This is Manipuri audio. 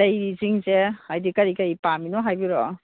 ꯂꯩꯔꯤꯁꯤꯡꯁꯦ ꯍꯥꯏꯗꯤ ꯀꯔꯤ ꯀꯔꯤ ꯄꯥꯝꯝꯤꯅꯣ ꯍꯥꯏꯕꯤꯔꯛꯑꯣ